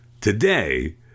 today